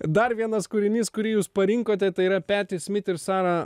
dar vienas kūrinys kurį jūs parinkote tai yra peti smit ir sara